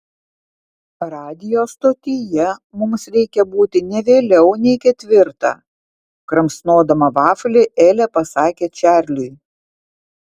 radijo stotyje mums reikia būti ne vėliau nei ketvirtą kramsnodama vaflį elė pasakė čarliui